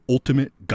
Ultimate